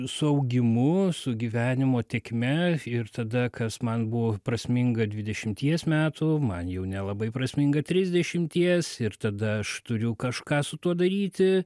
su augimu su gyvenimo tėkme ir tada kas man buvo prasminga dvidešimties metų man jau nelabai prasminga trisdešimties ir tada aš turiu kažką su tuo daryti